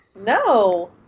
No